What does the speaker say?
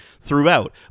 throughout